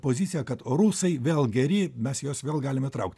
pozicija kad rusai vėl geri mes juos vėl galim įtraukti